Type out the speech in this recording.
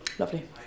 Lovely